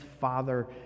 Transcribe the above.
Father